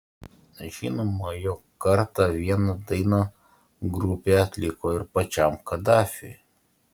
žinoma jog kartą vieną dainą grupė atliko ir pačiam kadafiui